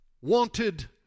wanted